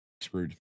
screwed